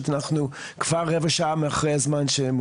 הדברים הם